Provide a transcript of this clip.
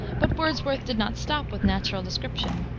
but wordsworth did not stop with natural description.